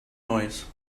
noise